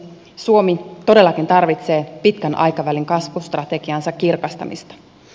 suomi todellakin tarvitsee pitkän aikavälin kasvustrategiansa kirkastamista